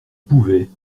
pouvait